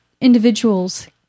individuals